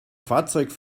fahrzeug